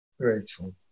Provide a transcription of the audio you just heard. grateful